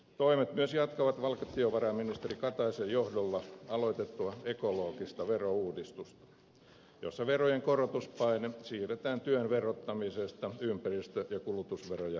toimet myös jatkavat valtiovarainministeri kataisen johdolla aloitettua ekologista verouudistusta jossa verojen korotuspaine siirretään työn verottamisesta ympäristö ja kulutusveroja kohden